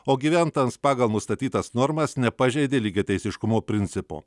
o gyventojams pagal nustatytas normas nepažeidė lygiateisiškumo principo